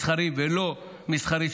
מסחרי ולא מסחרי,